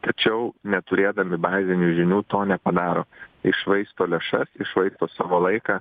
tačiau neturėdami bazinių žinių to nepadaro iššvaisto lėšas iššvaisto savo laiką